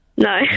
No